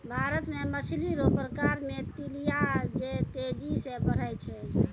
भारत मे मछली रो प्रकार मे तिलैया जे तेजी से बड़ै छै